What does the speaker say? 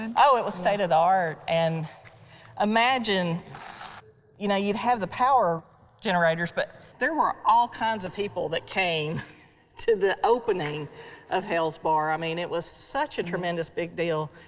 and oh, it was state of the art and imagine you know you'd have the power generators but there were all kinds of people that came to the opening of hales bar. i mean it was such a tremendous big deal.